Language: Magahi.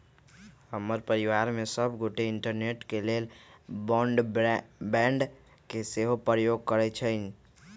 हमर परिवार में सभ गोटे इंटरनेट के लेल ब्रॉडबैंड के सेहो प्रयोग करइ छिन्ह